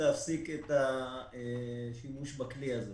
להפסיק את השימוש בכלי הזה.